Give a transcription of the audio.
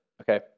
okay